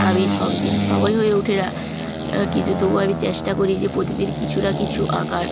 আমি সব দিন সময় হয়ে ওঠে না কিছু তবু আমি চেষ্টা করি যে প্রতিদিন কিছু না কিছু আঁকার